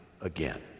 again